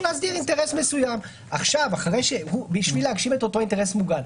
להסדיר אינטרס מסוים כדי להגשים את אותו אינטרס מוגן.